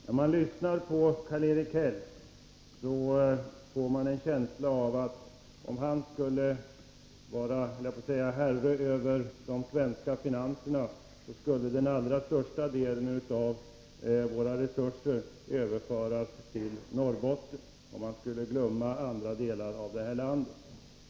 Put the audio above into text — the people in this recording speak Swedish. När man lyssnar till Karl-Erik Häll får man en känsla av att om han skulle vara herre över de svenska finanserna, så skulle den allra största delen av våra resurser överföras till Norrbotten, och man skulle glömma andra delar av vårt land.